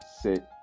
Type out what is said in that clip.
sit